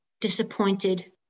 disappointed